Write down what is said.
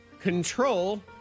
control